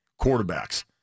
quarterbacks